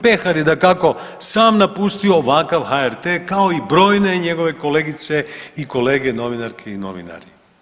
Pehar je dakako sam napustio ovakav HRT kao i brojne njegove kolegice i kolege novinarke i novinari.